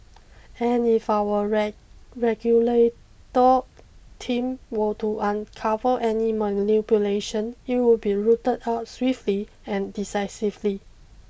and if our regulator team were to uncover any manipulation it would be rooted out swiftly and decisively